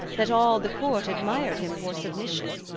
that all the court admir'd him for submission.